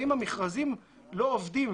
ואם המכרזים לא עובדים